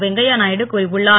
வெங்கைய நாயுடு கூறியுள்ளார்